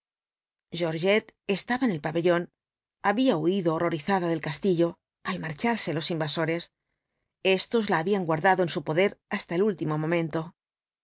georgette estaba en el pabellón había huido horrorizada del castillo al marcharse los invasores estos la habían guardado en su poder hasta el último momento